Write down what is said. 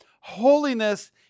Holiness